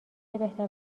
بهتر